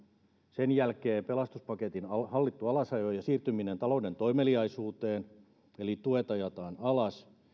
sen jälkeen pelastuspaketin hallittu alasajo ja siirtyminen talouden toimeliaisuuteen eli tuet ajetaan alas